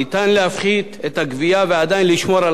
אפשר להפחית את הגבייה ועדיין לשמור על